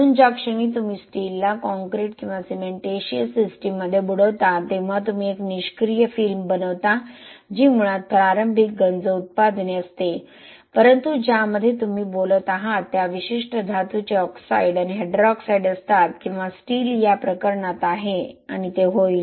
म्हणून ज्या क्षणी तुम्ही स्टीलला कॉंक्रिट किंवा सिमेंटीशिअस सिस्टीममध्ये बुडवता तेव्हा तुम्ही एक निष्क्रिय फिल्म बनवता जी मुळात प्रारंभिक गंज उत्पादने असते परंतु ज्यामध्ये तुम्ही बोलत आहात त्या विशिष्ट धातूचे ऑक्साईड आणि हायड्रॉक्साईड असतात किंवा स्टील या प्रकरणात आहे आणि ते होईल